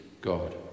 God